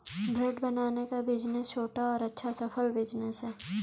bread बनाने का business छोटा और अच्छा सफल बिज़नेस है